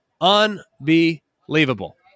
Unbelievable